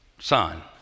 Son